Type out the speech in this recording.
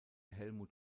helmut